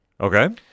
Okay